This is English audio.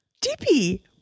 Dippy